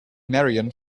marianne